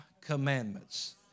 commandments